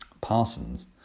Parsons